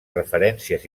referències